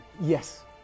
Yes